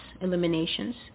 eliminations